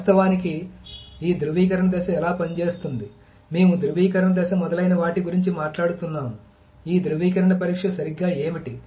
వాస్తవానికి ఈ ధ్రువీకరణ దశ ఎలా పనిచేస్తుంది మేము ధ్రువీకరణ దశ మొదలైన వాటి గురించి మాట్లాడుతున్నాము ఈ ధ్రువీకరణ పరీక్ష సరిగ్గా ఏమిటి